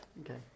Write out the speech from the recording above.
Okay